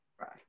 Right